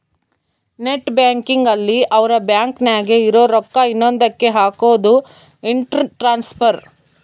net banking ಅಲ್ಲಿ ಅವ್ರ bank ನಾಗೇ ಇರೊ ರೊಕ್ಕ ಇನ್ನೊಂದ ಕ್ಕೆ ಹಕೋದು ಇಂಟ್ರ ಟ್ರಾನ್ಸ್ಫರ್